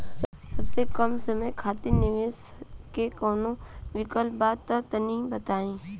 सबसे कम समय खातिर निवेश के कौनो विकल्प बा त तनि बताई?